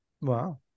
Wow